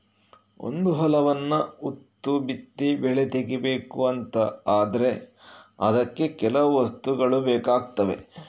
ಒಂದು ಹೊಲವನ್ನ ಉತ್ತು ಬಿತ್ತಿ ಬೆಳೆ ತೆಗೀಬೇಕು ಅಂತ ಆದ್ರೆ ಅದಕ್ಕೆ ಕೆಲವು ವಸ್ತುಗಳು ಬೇಕಾಗ್ತವೆ